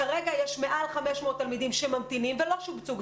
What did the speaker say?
כרגע יש מעל 500 תלמידים שממתינים ולא שובצו,